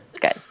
Good